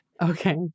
Okay